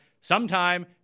sometime